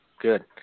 good